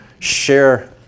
Share